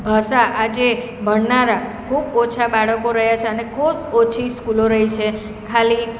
ભાષા આજે ભણનારા ખૂબ ઓછાં બાળકો રહ્યાં છે અને ખૂબ ઓછી સ્કૂલો રહી છે ખાલી